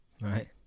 Right